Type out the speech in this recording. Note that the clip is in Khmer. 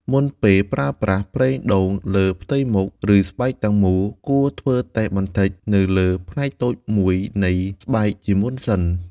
មុនពេលប្រើប្រាស់ប្រេងដូងលើផ្ទៃមុខ ឬស្បែកទាំងមូល គួរធ្វើតេស្តបន្តិចនៅលើផ្នែកតូចមួយនៃស្បែកជាមុនសិន។